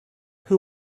who